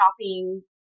shopping